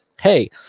Hey